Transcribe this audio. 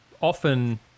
often